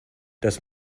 das